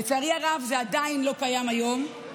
לצערי הרב, זה עדיין לא קיים היום.